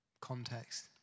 context